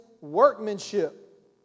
workmanship